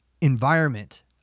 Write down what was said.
environment